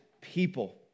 people